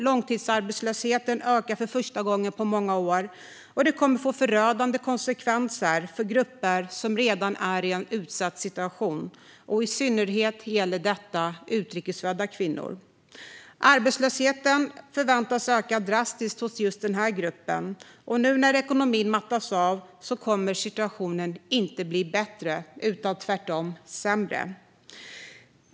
Långtidsarbetslösheten ökar för första gången på många år, och detta kommer att få förödande konsekvenser för grupper som redan är i en utsatt situation. I synnerhet gäller detta utrikes födda kvinnor. Arbetslösheten förväntas öka drastiskt hos just denna grupp, och nu när ekonomin mattas av kommer situationen inte att bli bättre utan tvärtom sämre.